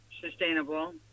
sustainable